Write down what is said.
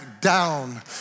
down